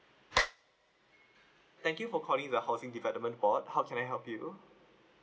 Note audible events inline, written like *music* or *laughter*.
*noise* thank you for calling the housing development board how can I help you